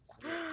funny ah